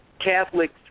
Catholic